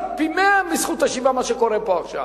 מה שקורה פה עכשיו